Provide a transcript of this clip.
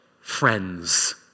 friends